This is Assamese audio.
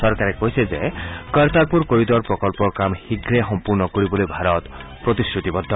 চৰকাৰে কৈছে যে কৰ্টাৰপুৰ কৰিড'ৰ প্ৰকল্পৰ কাম শীঘ্ৰে সম্পূৰ্ণ কৰিবলৈ ভাৰত প্ৰতিশ্ৰুতিবদ্ধ